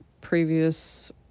previous